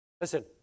Listen